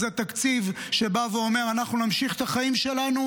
זה תקציב שבא ואומר: אנחנו נמשיך את החיים שלנו